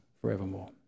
forevermore